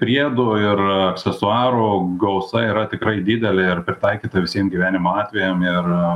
priedų ir aksesuarų gausa yra tikrai didelė ir pritaikyta visiem gyvenimo atvejam ir